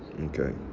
Okay